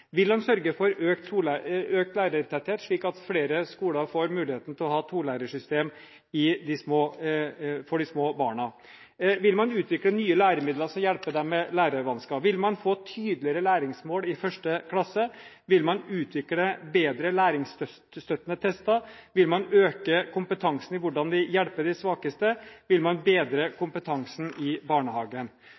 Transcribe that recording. Vil de sørge for økt lærertetthet, slik at flere skoler får muligheten til å ha to-lærersystem for de små barna? Vil man utvikle nye læremidler og hjelpe dem med lærevansker? Vil man få tydeligere læringsmål i 1. klasse? Vil man utvikle bedre læringsstøtte med tester? Vil man øke kompetansen med hensyn til hvordan vi hjelper de svakeste? Vil man bedre kompetansen i barnehagen?